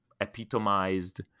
epitomized